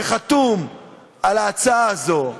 שחתום על ההצעה הזו,